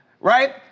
right